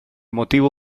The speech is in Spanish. motivo